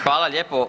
Hvala lijepo.